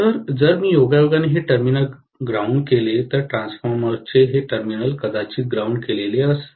तर जर मी योगायोगाने हे टर्मिनल ग्राउंड केले तर ट्रान्सफॉर्मरचे हे टर्मिनल कदाचित ग्राउंड केलेले असेल